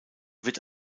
wird